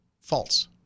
False